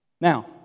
Now